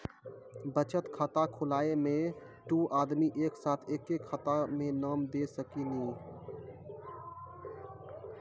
बचत खाता खुलाए मे दू आदमी एक साथ एके खाता मे नाम दे सकी नी?